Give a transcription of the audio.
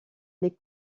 les